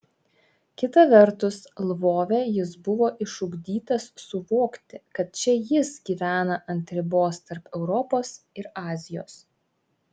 kita vertus lvove jis buvo išugdytas suvokti kad čia jis gyvena ant ribos tarp europos ir azijos